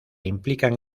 implican